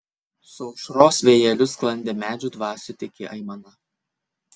su aušros vėjeliu sklandė medžių dvasių tyki aimana